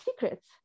secrets